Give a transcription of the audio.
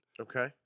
Okay